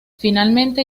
finalmente